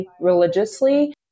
religiously